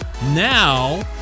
Now